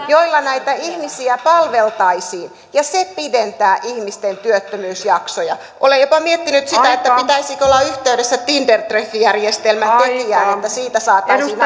joilla näitä ihmisiä palveltaisiin ja se pidentää ihmisten työttömyysjaksoja olen jopa miettinyt sitä pitäisikö olla yhteydessä tinder treffijärjestelmän tekijään että siitä saataisiin